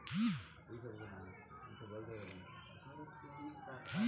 कम खर्चा में अच्छा लागत वाली फसल कैसे उगाई?